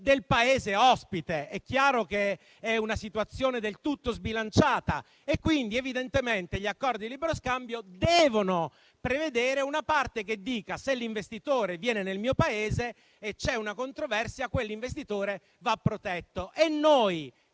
del Paese ospite. È una situazione del tutto sbilanciata e quindi evidentemente gli accordi di libero scambio devono prevedere una parte in cui si dica che, se l'investitore va in un certo Paese e c'è una controversia, quell'investitore va protetto e noi,